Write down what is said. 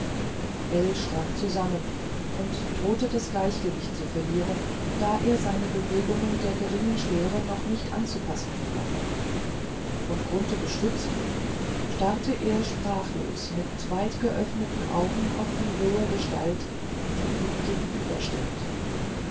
schrak zusammen und drohte das gleichgewicht zu verlieren da er seine bewegungen der geringen schwere noch nicht anzupassen vermochte von grunthe gestützt starrte er sprachlos mit weitgeöffneten augen auf die hohe gestalt die ihm gegenüberstand